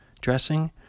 Dressing